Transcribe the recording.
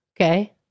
Okay